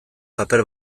paper